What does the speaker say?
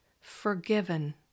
forgiven